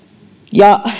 ja